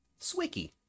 Swicky